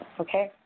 okay